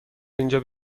اینجا